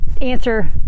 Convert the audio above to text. answer